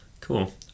cool